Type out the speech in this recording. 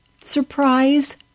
Surprise